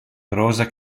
prosa